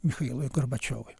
michailui gorbačiovui